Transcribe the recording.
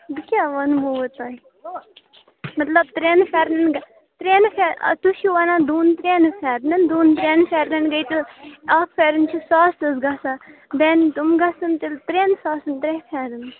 بہٕ کیٛاہ ونہو تۄہہِ مطلب ترٮ۪ن پھٮ۪رنن ترٮ۪ن پھٮ۪رنن اَدٕ تۄہہِ چھُو وَنان دون ترٮ۪ن پھٮ۪رنن گٔے اَکھ پھٮ۪رن چھُ ساسس گَژھان بیٚنہِ تِم لاگَان تیٚلہِ ترٮ۪ن ساسن ترٛےٚ پھٮ۪رن